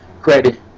credit